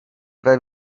weil